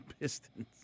Pistons